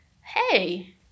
hey